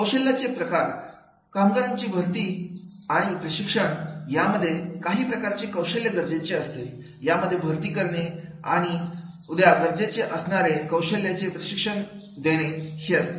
कौशल्य चे प्रकार कामगारांची भरती आणि प्रशिक्षण यामध्ये काही प्रकारचे कौशल्य गरजेचे असतील यामध्ये भरती करणे आणि उद्या गरजेचे असणारे कौशल्याचे प्रशिक्षण देणे हे असते